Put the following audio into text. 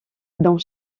dans